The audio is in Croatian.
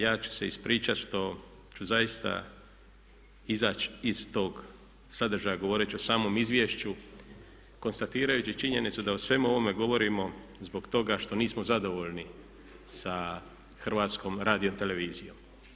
Ja ću se ispričati što ću zaista izaći iz tog sadržaja, govoreći o samom izvješću konstatirajući činjenicu da o svemu ovome govorimo zbog toga što nismo zadovoljni sa HRT-om.